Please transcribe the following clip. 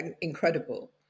incredible